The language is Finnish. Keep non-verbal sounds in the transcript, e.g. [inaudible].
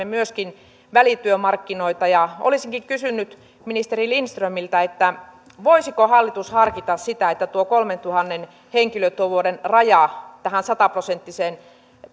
[unintelligible] myöskin välityömarkkinoita ja olisinkin kysynyt ministeri lindströmiltä voisiko hallitus harkita sitä että tuo kolmentuhannen henkilötyövuoden raja tähän sataprosenttiseen